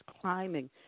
climbing